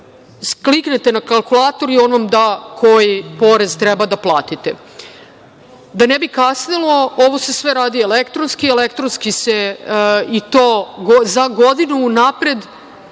kliknete na kalkulator i on vam da koji porez treba da platite. Da ne bi kasnilo, ovo se sve radi elektronski. Elektronski se i to za godinu unapred